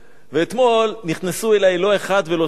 ואתמול נכנסו אלי לא אחד ולא שניים,